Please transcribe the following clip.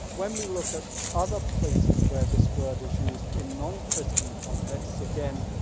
when we look at other places where this word is used in non-christian contexts, again,